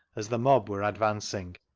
as the mob were advancing.